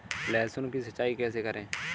लहसुन की सिंचाई कैसे करें?